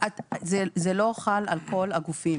זה לא חל על כל הגופים.